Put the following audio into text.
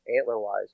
antler-wise